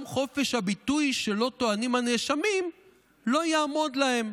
גם חופש הביטוי שלו טוענים הנאשם לא יעמוד להם".